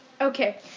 Okay